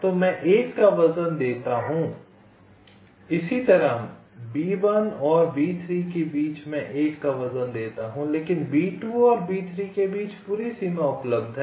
तो मैं 1 का वजन देता हूं इसी तरह B1 और B3 के बीच मैं 1 का वजन देता हूं लेकिन B2 और B3 के बीच पूरी सीमा उपलब्ध है